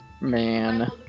man